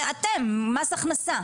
אתם, מס הכנסה.